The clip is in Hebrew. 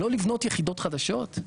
לא לבנות יחידות חדשות?